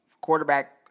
quarterback